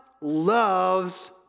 loves